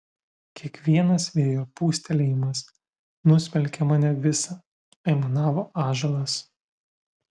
kiekvienas vėjo pūstelėjimas nusmelkia mane visą aimanavo ąžuolas